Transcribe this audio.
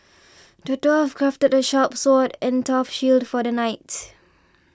the dwarf crafted a sharp sword and a tough shield for the knight